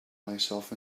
myself